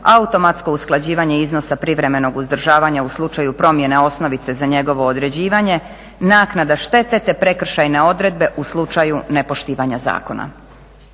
automatsko usklađivanje iznosa privremenog uzdržavanja u slučaju promjene osnovice za njegovo određivanje, naknada štete te prekršajne odredbe u slučaju nepoštivanja zakona.